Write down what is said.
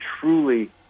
truly